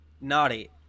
naughty